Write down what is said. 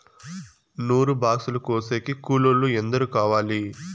నూరు బాక్సులు కోసేకి కూలోల్లు ఎందరు కావాలి?